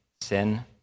sin